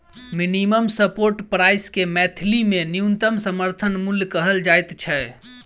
minimum support price के मैथिली मे न्यूनतम समर्थन मूल्य कहल जाइत छै